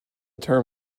term